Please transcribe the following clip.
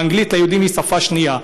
ואנגלית ליהודים היא שפה שנייה.